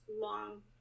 long